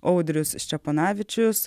audrius ščeponavičius